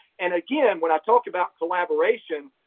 and again, when i talk about collaboration,